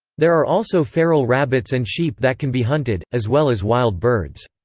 there are also feral rabbits and sheep that can be hunted, as well as wild birds.